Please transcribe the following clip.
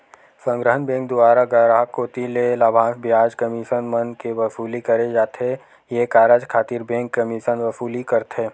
संग्रहन बेंक दुवारा गराहक कोती ले लाभांस, बियाज, कमीसन मन के वसूली करे जाथे ये कारज खातिर बेंक कमीसन वसूल करथे